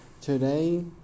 Today